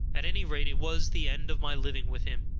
at any rate, it was the end of my living with him,